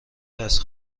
دست